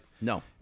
no